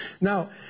Now